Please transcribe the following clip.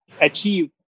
achieve